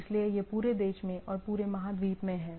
इसलिए यह पूरे देश में और पूरे महाद्वीप में है